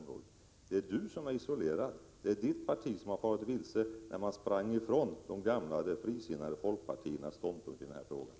Nej, Ingrid Ronne-Björkqvist, det är du som är isolerad. Det är ditt parti som har farit vilse, när man sprang ifrån de gamla frisinnade folkpartiståndpunkterna i den här frågan.